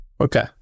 Okay